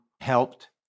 helped